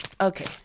okay